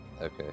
Okay